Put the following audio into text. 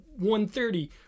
130